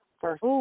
first